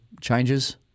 changes